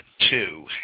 two